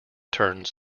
turns